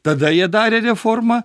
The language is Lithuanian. tada jie darė reformą